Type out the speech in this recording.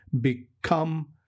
become